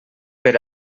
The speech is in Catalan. per